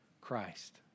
Christ